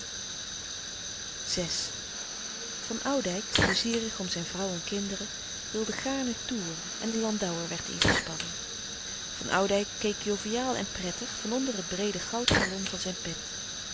van oudijck pleizierig om zijn vrouw en kinderen wilde gaarne toeren en de landauer werd ingespannen van oudijck keek joviaal en prettig van onder het breede goudgalon van zijn pet